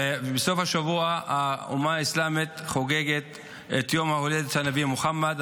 בסוף השבוע האומה האסלאמית חוגגת את יום ההולדת לנביא מוחמד,